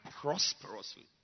prosperously